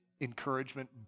encouragement